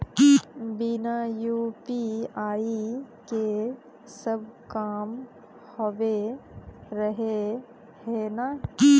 बिना यु.पी.आई के सब काम होबे रहे है ना?